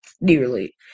nearly